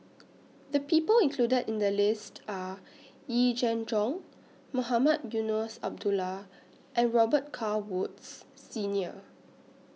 The People included in The list Are Yee Jenn Jong Mohamed Eunos Abdullah and Robet Carr Woods Senior